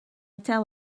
tell